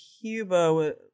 Cuba